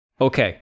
Okay